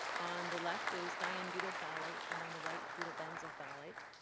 on the left is di-n-butyl phthalate and on the right, butyl benzyl phthalate.